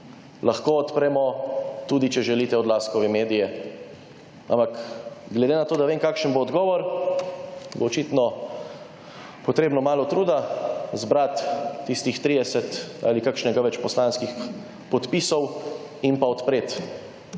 Lahko odpremo, tudi če želite, Odlazkove medije, ampak glede na to, da vem kakšen bo odgovor, bo očitno potrebno malo truda, zbrati tistih 30 ali kakšnega več poslanskih podpisov in pa odpreti